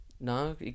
No